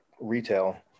retail